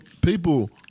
people